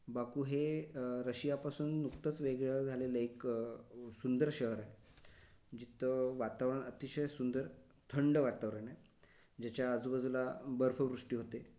Baku हे रशियापासून नुकतंच वेगळं झालेलं एक सुंदर शहर आहे जिथं वातावरण अतिशय सुंदर थंड वातावरण आहे जेच्या आजूबाजूला बर्फ वृष्टी होते